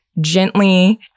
gently